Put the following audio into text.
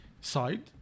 side